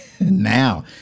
Now